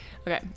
Okay